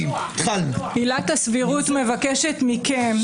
עילת הסבירות מבקשת מכם,